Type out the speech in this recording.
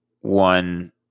one